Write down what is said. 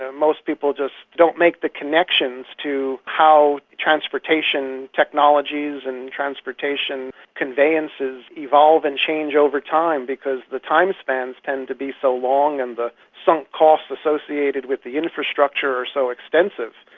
ah most people just don't make the connections to how transportation technologies and transportation conveyances evolve and change over time because the time spans tend to be so long and the sunk costs associated with the infrastructure are so extensive.